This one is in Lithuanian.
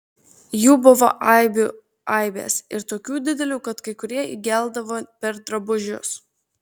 jų buvo aibių aibės ir tokių didelių kad kai kurie įgeldavo per drabužius